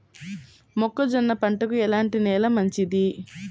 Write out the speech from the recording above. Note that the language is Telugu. మొక్క జొన్న పంటకు ఎలాంటి నేల మంచిది?